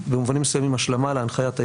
היא במובנים מסוימים השלמה להנחיית היועץ.